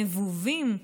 נבובים,